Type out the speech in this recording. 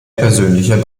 persönlicher